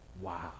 Wow